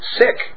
sick